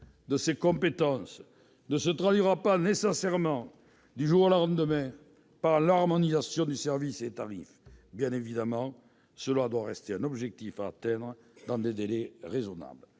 de ces compétences ne se traduira pas nécessairement du jour au lendemain par l'harmonisation du service et des tarifs. Bien évidemment, cela doit rester un objectif à atteindre dans des délais raisonnables.